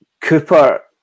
Cooper